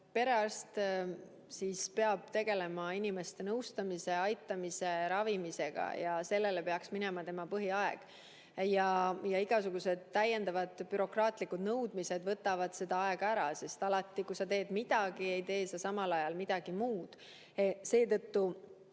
perearst peab tegelema inimeste nõustamise, aitamise ja ravimisega, sellele peaks minema tema põhiaeg. Igasugused täiendavad bürokraatlikud nõudmised võtavad aega ära, sest alati, kui sa teed midagi, ei tee sa samal ajal midagi muud. Seetõttu